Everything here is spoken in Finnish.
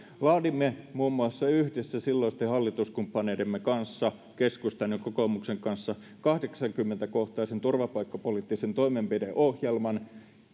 laadimme muun muassa yhdessä silloisten hallituskumppaneidemme kanssa keskustan ja kokoomuksen kanssa kahdeksankymmentä kohtaisen turvapaikkapoliittisen toimenpideohjelman